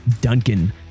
Duncan